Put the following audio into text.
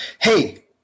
hey